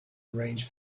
arrange